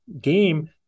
game